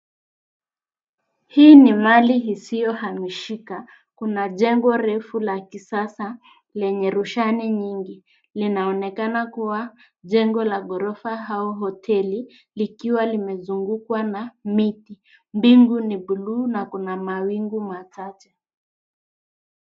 Hii ni mali isiyo hamishika, kuna jengo refu la kisasa lenye rushani nyingi linaonekana kuwa jengo la ghorofa au hoteli likiwa limezungukwa na miti. mbingu ni ya bluu na kuna mawingu machache.